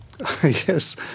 Yes